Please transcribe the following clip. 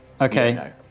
Okay